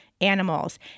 animals